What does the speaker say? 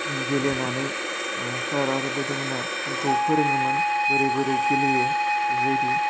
गेलेनानै सार आरो बाइड' मोनहा जोंखौ फोरोङोमोन बोरै बोरै गेलेयो बेबायदि